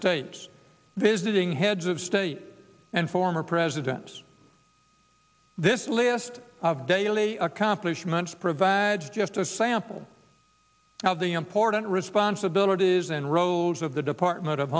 states visiting heads of state and former presidents this list of daily accomplishments provided just a sample of the important responsibilities and roads of the department of